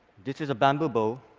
this is a bamboo bow,